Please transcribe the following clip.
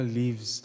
leaves